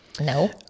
No